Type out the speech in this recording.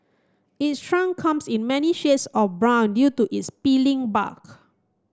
its trunk comes in many shades of brown due to its peeling bark